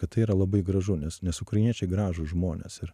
kad tai yra labai gražu nes nes ukrainiečiai gražūs žmonės ir